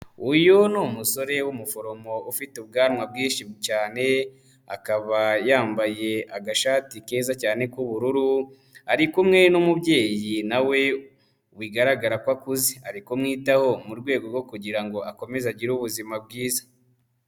Uyu ni umusore w'umuforomo ufite ubwanwa bwinshi cyane, akaba yambaye agashati keza cyane k'ubururu, ari kumwe n'umubyeyi na we bigaragara ko akuze, ari kumwitaho mu rwego rwo kugira ngo akomeze agire ubuzima bwiza.